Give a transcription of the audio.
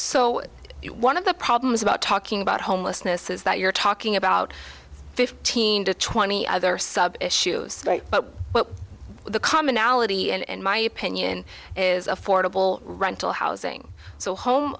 so one of the problems about talking about homelessness is that you're talking about fifteen to twenty other sub issues but what the commonality and my opinion is affordable rental housing so home